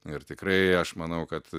ir tikrai aš manau kad